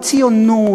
הציונות,